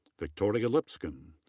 victoria lipscomb.